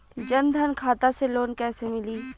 जन धन खाता से लोन कैसे मिली?